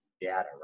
data